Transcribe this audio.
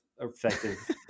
effective